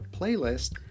playlist